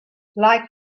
like